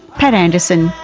pat anderson,